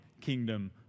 kingdom